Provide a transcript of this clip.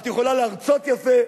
את יכולה להרצות יפה,